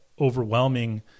overwhelming